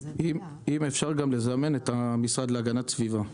אם אפשר גם לזמן את המשרד להגנת הסביבה לדיון.